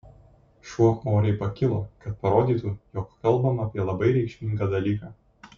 šuo oriai pakilo kad parodytų jog kalbama apie labai reikšmingą dalyką